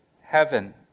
heaven